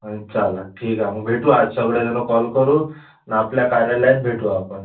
हं चला ठीक आहे मग भेटू आज सगळे जण कॉल करू आणि आपल्या कार्यालयात भेटू आपण